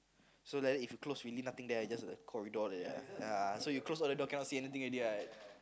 so like that if you close really nothing there just a corridor like that ya so you close all the doors cannot see anything already right